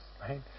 right